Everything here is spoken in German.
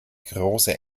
große